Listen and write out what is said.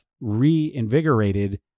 reinvigorated